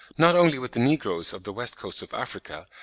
not only with the negroes of the west coast of africa,